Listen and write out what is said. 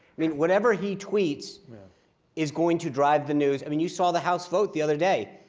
i mean whenever he tweets is going to drive the news. i mean you saw the house vote the other day.